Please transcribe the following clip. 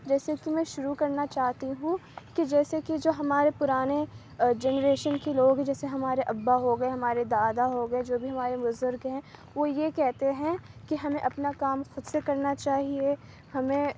جیسے کہ میں شروع کرنا چاہتی ہوں کہ جیسے کہ جو ہمارے پرانے جنریشن کے لوگ جیسے ہمارے ابا ہو گئے ہمارے دادا ہو گئے جو بھی ہمارے بزرگ ہیں وہ یہ کہتے ہیں کہ ہمیں اپنا کام خود سے کرنا چاہیے ہمیں